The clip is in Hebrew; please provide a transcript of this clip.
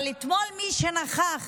אבל מי שנכח